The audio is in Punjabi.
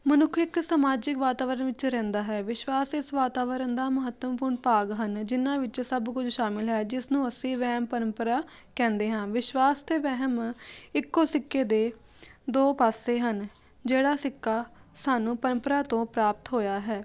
ਮਨੁੱਖ ਇੱਕ ਸਮਾਜਿਕ ਵਾਤਾਵਰਨ ਵਿੱਚ ਰਹਿੰਦਾ ਹੈ ਵਿਸ਼ਵਾਸ ਇਸ ਵਾਤਾਵਰਨ ਦਾ ਮਹੱਤਵਪੂਰਨ ਭਾਗ ਹਨ ਜਿਹਨਾਂ ਵਿੱਚ ਸਭ ਕੁਝ ਸ਼ਾਮਿਲ ਹੈ ਜਿਸ ਨੂੰ ਅਸੀਂ ਵਹਿਮ ਪਰੰਪਰਾ ਕਹਿੰਦੇ ਹਾਂ ਵਿਸ਼ਵਾਸ ਅਤੇ ਵਹਿਮ ਇੱਕੋ ਸਿੱਕੇ ਦੇ ਦੋ ਪਾਸੇ ਹਨ ਜਿਹੜਾ ਸਿੱਕਾ ਸਾਨੂੰ ਪਰੰਪਰਾ ਤੋਂ ਪ੍ਰਾਪਤ ਹੋਇਆ ਹੈ